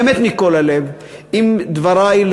באמת מכל הלב אם דברי,